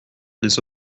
les